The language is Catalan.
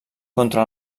contra